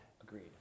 Agreed